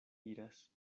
iras